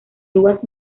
uvas